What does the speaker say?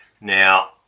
Now